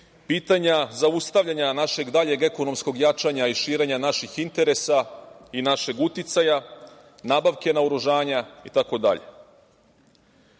pitanja zaustavljanja našeg daljeg ekonomskog jačanja i širenja naših interesa i našeg uticaja, nabavke naoružanja